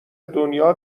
دنیا